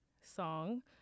song